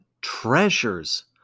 treasures